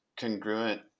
congruent